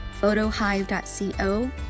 photohive.co